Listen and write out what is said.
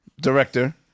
director